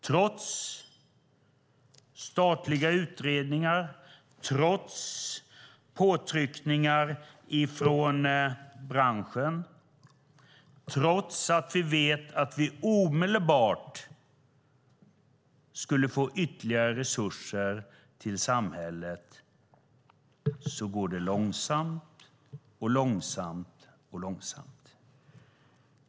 Trots statliga utredningar, trots påtryckningar från branschen och trots att vi vet att vi omedelbart skulle få ytterligare resurser till samhället går det långsamt, långsamt.